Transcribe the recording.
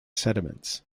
sediments